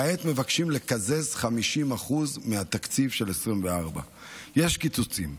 כעת מבקשים לקזז 50% מהתקציב של 2024. יש קיצוצים,